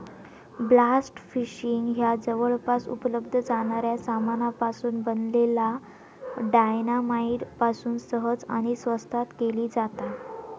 blast fishing ह्या जवळपास उपलब्ध जाणाऱ्या सामानापासून बनलल्या डायना माईट पासून सहज आणि स्वस्तात केली जाता